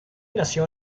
nació